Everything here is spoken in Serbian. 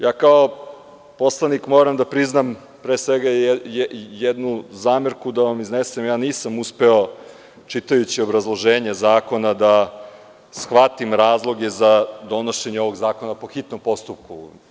Ja kao poslanik moram da priznam, pre svega jednu zamerku da vam iznesem, ja nisam uspeo čitajući obrazloženje zakona da shvatim razloge za donošenje ovog zakona po hitnom postupku.